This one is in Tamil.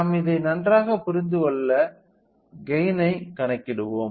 நாம் இதை நன்றாகப் புரிந்து கொள்ள கெய்ன் ஐ கணக்கிடுவோம்